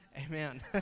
Amen